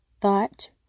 thought